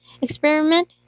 experiment